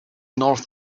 north